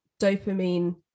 dopamine